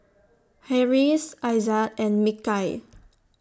Harris Aizat and Mikhail